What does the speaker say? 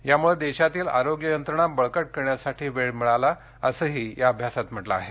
यामुळे देशातील आरोग्य यंत्रणा बळकट करण्यासाठी वेळ मिळाला असंही या अभ्यासात म्हटलं आहे